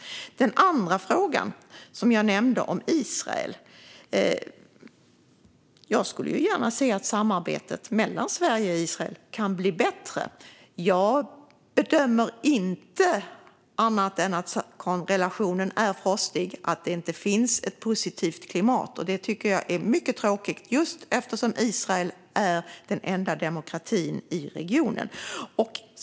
När det gäller den andra frågan jag nämnde, om Israel, skulle jag gärna se att samarbetet mellan Sverige och Israel blev bättre. Jag bedömer inte annat än att relationen är frostig och att det inte finns ett positivt klimat, och detta tycker jag är mycket tråkigt just eftersom Israel är den enda demokratin i regionen.